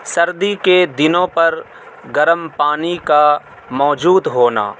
سردی کے دنوں پر گرم پانی کا موجود ہونا